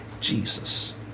Jesus